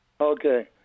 Okay